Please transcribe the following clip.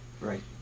Right